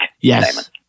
Yes